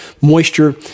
moisture